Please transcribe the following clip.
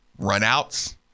Runouts